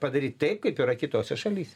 padaryt taip kaip yra kitose šalyse